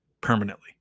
permanently